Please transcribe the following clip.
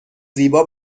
زیبا